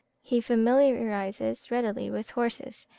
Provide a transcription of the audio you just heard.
he familiarises readily with horses,